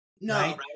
No